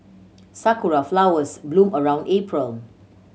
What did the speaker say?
sakura flowers bloom around April